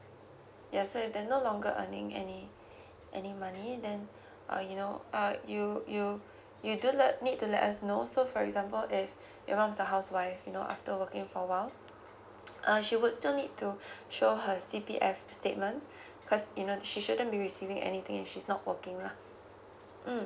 ya so it then no longer earning any any money then uh you know uh you you you don't like need to let us know so for example if you mom's a housewife you know after working for awhile uh she would still need to show her C_P_F statement cause you know she shouldn't be receiving anything if she's not working lah mm